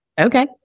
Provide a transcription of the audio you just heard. Okay